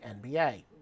NBA